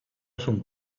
son